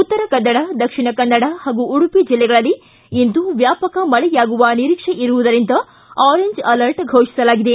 ಉತ್ತರ ಕನ್ನಡ ದಕ್ಷಿಣ ಕನ್ನಡ ಹಾಗೂ ಉಡುಪಿ ಜಿಲ್ಲೆಗಳಲ್ಲಿ ಇಂದು ವ್ಯಾಪಕ ಮಳೆಯಾಗುವ ನಿರೀಕ್ಷೆ ಇರುವುದರಿಂದ ಆರೆಂಜ್ ಅಲರ್ಟ್ ಫೋಷಿಸಲಾಗಿದೆ